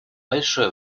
большое